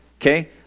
Okay